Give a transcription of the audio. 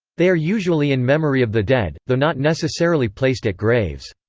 they are usually in memory of the dead, though not necessarily placed at graves.